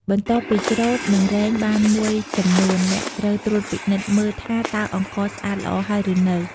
បន្ទាប់ពីច្រូតនិងរែងបានមួយចំនួន អ្នកត្រូវត្រួតពិនិត្យមើលថាតើអង្ករស្អាតល្អហើយឬនៅ។